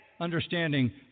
understanding